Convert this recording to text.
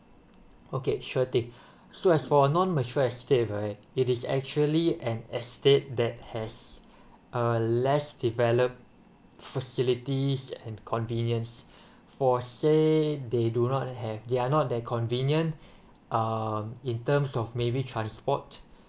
okay sure thing so as for non mature estate right it is actually an estate that has uh less develop facilities and convenience for say they do not have there are not their convenience um in terms of maybe transport